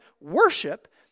worship